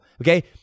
okay